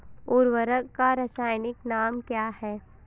उर्वरक का रासायनिक नाम क्या है?